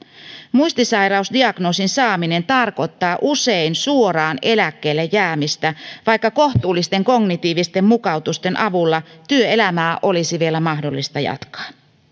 muistisairaus diagnoosin saaminen tarkoittaa usein suoraan eläkkeelle jäämistä vaikka kohtuullisten kognitiivisten mukautusten avulla työelämää olisi vielä mahdollista jatkaa